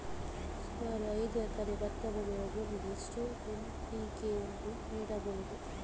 ಸುಮಾರು ಐದು ಎಕರೆ ಭತ್ತ ಬೆಳೆಯುವ ಭೂಮಿಗೆ ಎಷ್ಟು ಎನ್.ಪಿ.ಕೆ ಯನ್ನು ನೀಡಬಹುದು?